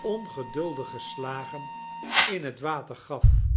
ongeduldige slagen in het water gaf